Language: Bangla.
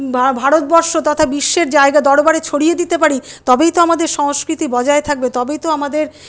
ভারতবর্ষ তথা বিস্বের জায়গা দরবারে ছড়িয়ে দিতে পারি তবেই তো আমাদের সংস্কৃতি বজায় থাকবে তবেই তো আমাদের